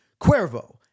Cuervo